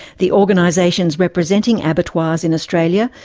the organisations representing abattoirs in australia,